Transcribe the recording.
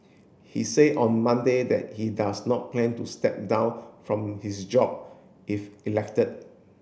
he say on Monday that he does not plan to step down from his job if elected